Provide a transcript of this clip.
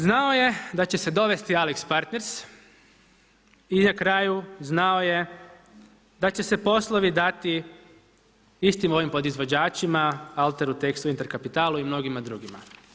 Znao je da će se dovesti Alix Partners i na kraju znao je da će se poslovi dati istim ovim podizvođačima Alteru, Texu, InterCapitalu i mnogima drugima.